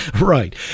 Right